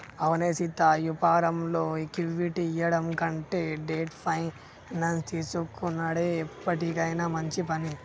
అవునే సీతా యాపారంలో ఈక్విటీ ఇయ్యడం కంటే డెట్ ఫైనాన్స్ తీసుకొనుడే ఎప్పటికైనా మంచి పని